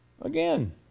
Again